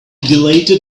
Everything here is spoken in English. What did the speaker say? deleted